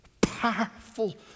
powerful